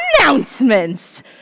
announcements